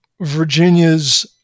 Virginia's